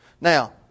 Now